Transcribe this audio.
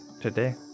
today